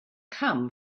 come